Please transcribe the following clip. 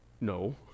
no